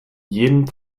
jedem